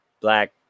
black